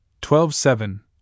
twelve-seven